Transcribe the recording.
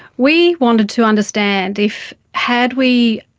we wanted to understand if had we